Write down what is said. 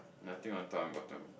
nothing on top important